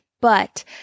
but-